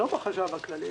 לא בחשב הכללי,